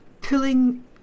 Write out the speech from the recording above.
pulling